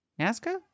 Nazca